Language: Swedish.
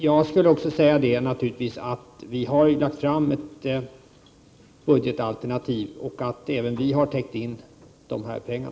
Jag vill också säga att vi har lagt fram ett budgetalternativ där vi har täckt de kostnader som det här gäller.